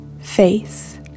face